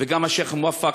וגם השיח' מואפק,